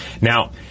Now